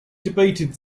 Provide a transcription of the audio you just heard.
debated